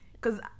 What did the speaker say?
Cause